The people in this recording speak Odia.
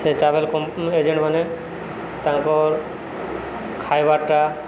ସେ ଟ୍ରାଭେଲ କ ଏଜେଣ୍ଟମାନେ ତାଙ୍କର୍ ଖାଇବାର୍ଟା